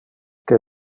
que